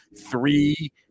Three